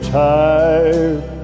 tired